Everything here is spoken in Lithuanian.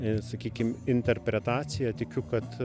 sakykim interpretaciją tikiu kad